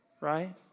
Right